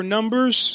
Numbers